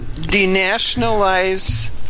denationalize